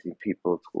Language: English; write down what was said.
people